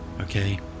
okay